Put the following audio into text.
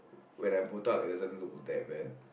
when I'm botak it doesn't look that bad